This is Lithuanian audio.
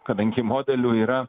kadangi modelių yra